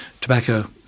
tobacco